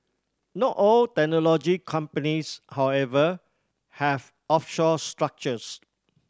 not all technology companies however have offshore structures